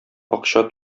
акча